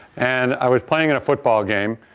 and i was playing in a football game.